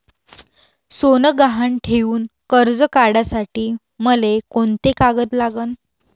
सोनं गहान ठेऊन कर्ज काढासाठी मले कोंते कागद लागन?